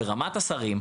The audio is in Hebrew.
ברמת השרים,